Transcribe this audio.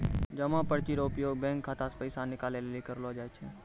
जमा पर्ची रो उपयोग बैंक खाता से पैसा निकाले लेली करलो जाय छै